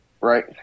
right